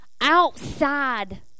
outside